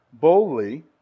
Boldly